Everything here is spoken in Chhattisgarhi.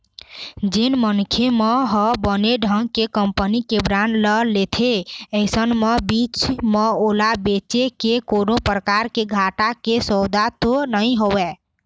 जेन मनखे मन ह बने ढंग के कंपनी के बांड ल लेथे अइसन म बीच म ओला बेंचे ले कोनो परकार के घाटा के सौदा तो नइ होवय